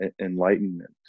enlightenment